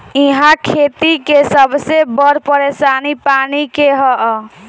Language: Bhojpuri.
इहा खेती के सबसे बड़ परेशानी पानी के हअ